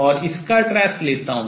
और इसका trace trace लेता हूँ